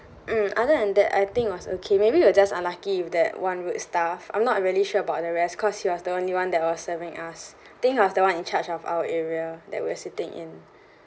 mm other than that I think was okay maybe we're just unlucky with that one rude staff I'm not really sure about the rest cause he was the only one that was serving us think he was the one in charge of our area that we are sitting in